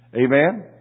Amen